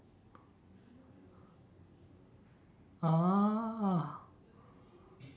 oh